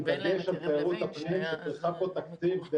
עם דגש על תיירות הפנים --- תקציב כדי